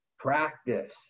practice